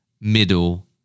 middle